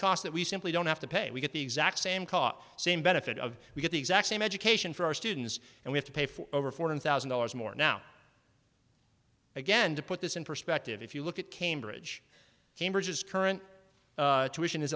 we simply don't have to pay we get the exact same cop same benefit of we get the exact same education for our students and we have to pay for over fourteen thousand dollars more now again to put this in perspective if you look at cambridge cambridge as current tuition is